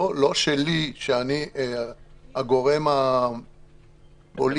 לא שלי שאני הגורם הפוליטי.